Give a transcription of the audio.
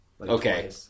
Okay